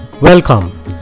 Welcome